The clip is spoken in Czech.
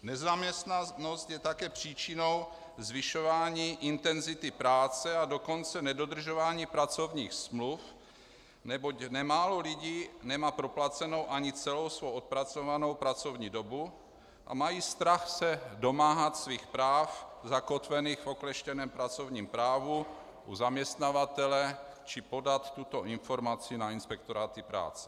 Nezaměstnanost je také příčinou zvyšování intenzity práce, a dokonce nedodržování pracovních smluv, neboť nemálo lidí nemá proplacenou ani celou svou odpracovanou pracovní dobu a mají strach se domáhat u zaměstnavatele svých práv, zakotvených v okleštěném pracovním právu, či podat tuto informaci na inspektoráty práce.